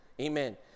amen